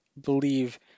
believe